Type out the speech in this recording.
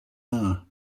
hour